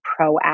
proactive